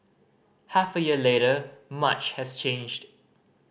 half a year later much has changed